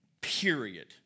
period